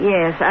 Yes